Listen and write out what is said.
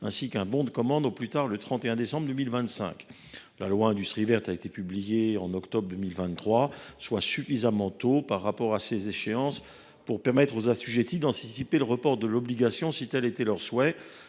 ainsi que d’un bon de commande au plus tard le 31 décembre 2025. La loi Industrie verte date d’octobre 2023, soit suffisamment tôt par rapport à ces échéances pour permettre aux acteurs concernés d’anticiper le report de l’obligation si tel était leur souhait.